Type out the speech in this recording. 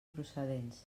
procedents